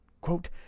Quote